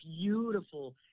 beautiful